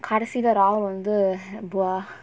கடைசில:kadaisila ragul வந்து:vanthu bouwa